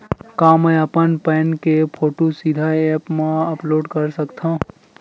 का मैं अपन पैन के फोटू सीधा ऐप मा अपलोड कर सकथव?